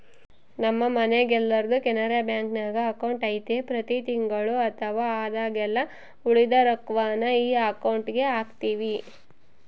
ನಮ್ಮ ಮನೆಗೆಲ್ಲರ್ದು ಕೆನರಾ ಬ್ಯಾಂಕ್ನಾಗ ಅಕೌಂಟು ಐತೆ ಪ್ರತಿ ತಿಂಗಳು ಅಥವಾ ಆದಾಗೆಲ್ಲ ಉಳಿದ ರೊಕ್ವನ್ನ ಈ ಅಕೌಂಟುಗೆಹಾಕ್ತಿವಿ